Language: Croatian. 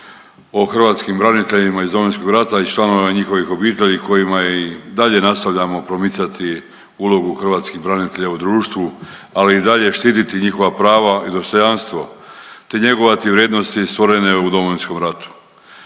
o hrvatskim braniteljima iz Domovinskog rata i članovima njihovih obitelji kojima i dalje nastavljamo promicati ulogu hrvatskih branitelja u društvu, ali i dalje štititi njihova prava i dostojanstvo, te njegovati vrijednosti stvorene u Domovinskom ratu.